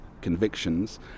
convictions